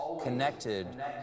connected